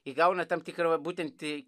įgauna tam tikrą būtent